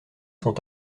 sont